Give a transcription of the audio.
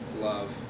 love